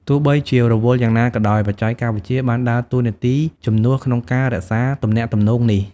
ទោះបីជារវល់យ៉ាងណាក៏ដោយ បច្ចេកវិទ្យាបានដើរតួនាទីជំនួសក្នុងការរក្សាទំនាក់ទំនងនេះ។